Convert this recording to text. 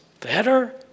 better